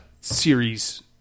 series